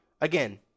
again